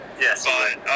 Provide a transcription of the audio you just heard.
Yes